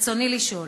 רצוני לשאול: